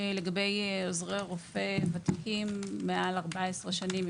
לגבי עוזרי רופא מעל 14 שנים.